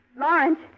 Lawrence